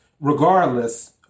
Regardless